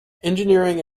engineering